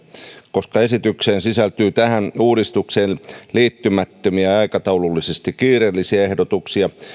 koska esitykseen sisältyy tähän uudistukseen liittymättömiä aikataulullisesti kiireellisiä ehdotuksia